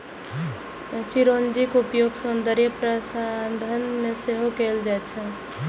चिरौंजीक उपयोग सौंदर्य प्रसाधन मे सेहो कैल जाइ छै